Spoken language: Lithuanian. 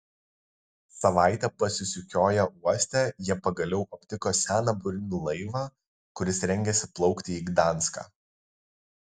savaitę pasisukioję uoste jie pagaliau aptiko seną burinį laivą kuris rengėsi plaukti į gdanską